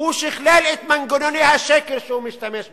הוא שכלל את מנגנוני השקר שהוא משתמש בהם,